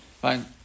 Fine